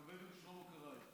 חבר הכנסת שלמה קרעי.